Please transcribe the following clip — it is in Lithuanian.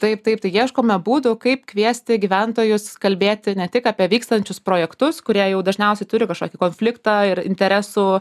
taip taip tai ieškome būdų kaip kviesti gyventojus kalbėti ne tik apie vykstančius projektus kurie jau dažniausiai turi kažkokį konfliktą ir interesų